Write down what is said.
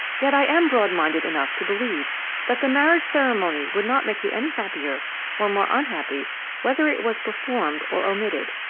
yet i am broad-minded enough to believe that the marriage ceremony would not make you any happier or more unhappy whether it was performed or omitted.